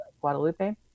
guadalupe